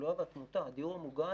התחלואה והתמותה בדיור המוגן.